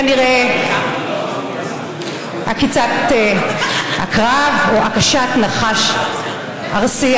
כנראה עקיצת עקרב או הכשת נחש ארסי,